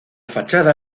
fachada